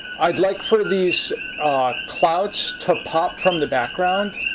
i'd like for these clouds to pop from the background.